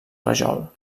rajol